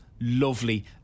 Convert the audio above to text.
lovely